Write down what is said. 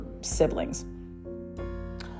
siblings